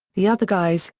the other guys,